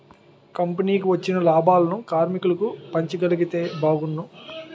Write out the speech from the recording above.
కంపెనీకి వచ్చిన లాభాలను కార్మికులకు పంచగలిగితే బాగున్ను